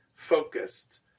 focused